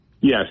Yes